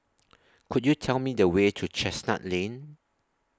Could YOU Tell Me The Way to Chestnut Lane